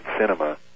Cinema